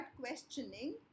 questioning